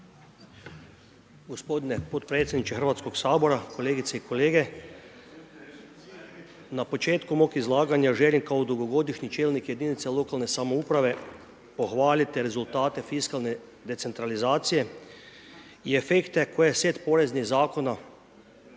Gospodine potpredsjedniče Hrvatskog sabora, kolegice i kolege. Na početku mog izlaganja želim kao dugogodišnji čelnik jedinica lokalne samouprave pohvaliti rezultate fiskalne decentralizacije i efekte koje set poreznih zakona